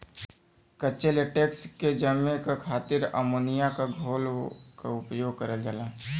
कच्चे लेटेक्स के जमे क खातिर अमोनिया क घोल क उपयोग करल जाला